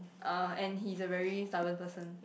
uh and he's a very stubborn person